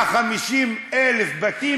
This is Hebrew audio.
50,000 הבתים,